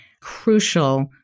crucial